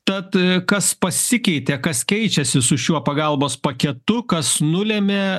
tad kas pasikeitė kas keičiasi su šiuo pagalbos paketu kas nulėmė